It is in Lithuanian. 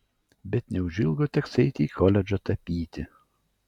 bet neužilgo teks eiti į koledžą tapyti